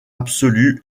absolu